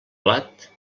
blat